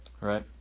right